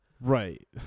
right